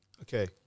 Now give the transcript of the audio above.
Okay